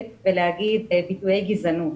לומר דברי גזענות.